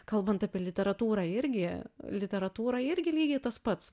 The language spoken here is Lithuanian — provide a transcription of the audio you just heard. kalbant apie literatūrą irgi literatūra irgi lygiai tas pats